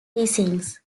resins